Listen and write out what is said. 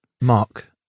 Mark